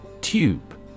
Tube